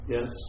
Yes